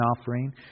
offering